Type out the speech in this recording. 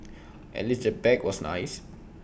at least the bag was nice